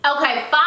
Okay